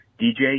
DJ